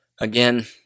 Again